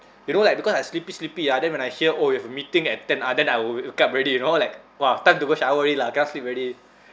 you know like because I sleepy sleepy ah then when I hear oh you have a meeting at ten ah then I will wake up already you know like !wah! time to go shower already lah cannot sleep already